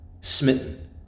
smitten